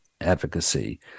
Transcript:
advocacy